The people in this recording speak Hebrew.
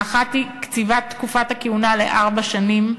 האחת היא קציבת תקופת הכהונה לארבע שנים,